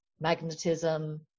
magnetism